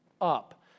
up